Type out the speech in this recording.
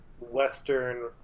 Western